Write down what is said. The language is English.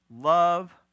Love